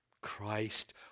Christ